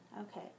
okay